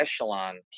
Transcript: echelon